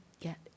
get